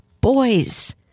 boys